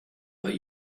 but